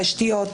תשתיות,